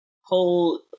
whole